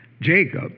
Jacob